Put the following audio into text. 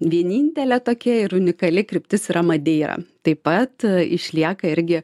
vienintelė tokia ir unikali kryptis yra madeira taip pat išlieka irgi